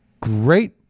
great